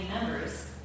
members